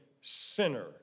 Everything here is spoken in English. sinner